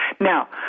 now